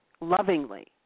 lovingly